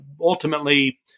ultimately